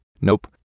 Nope